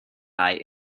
eye